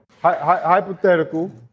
Hypothetical